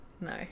No